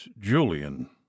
julian